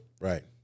right